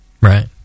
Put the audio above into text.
right